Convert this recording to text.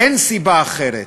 אין סיבה אחרת.